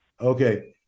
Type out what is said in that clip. okay